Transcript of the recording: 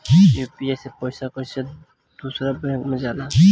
UPI से पैसा कैसे दूसरा बैंक मे जाला?